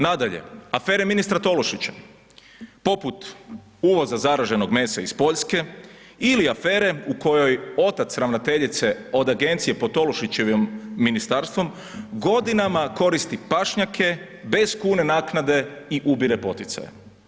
Nadalje, afere ministra Tolušića poput uvoza zaraženog mesa iz Poljske ili afere u kojoj otac ravnateljice od agencije pod Tolušićevim ministarstvom godinama koristi pašnjake bez kune naknade i ubire poticaje.